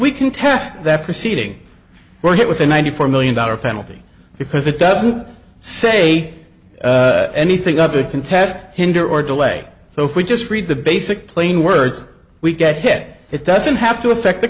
we contest that proceeding we're hit with a ninety four million dollar penalty because it doesn't say anything of a contest hinder or delay so if we just read the basic plain words we get hit it doesn't have to affect the